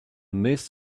miss